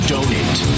Donate